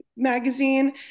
magazine